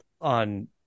on